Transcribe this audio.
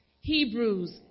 Hebrews